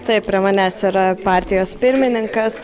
taip prie manęs yra partijos pirmininkas